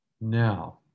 Now